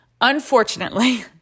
Unfortunately